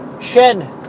shed